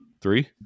three